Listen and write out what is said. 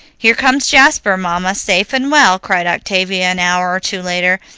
here comes jasper, mamma, safe and well, cried octavia an hour or two later,